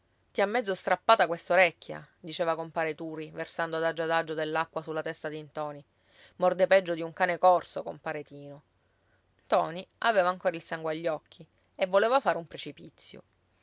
ti ha mezzo strappata quest'orecchia diceva compare turi versando adagio adagio dell'acqua sulla testa di ntoni morde peggio di un cane corso compare tino ntoni aveva ancora il sangue agli occhi e voleva fare un precipizio